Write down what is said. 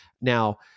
Now